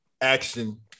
action